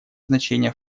значение